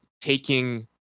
taking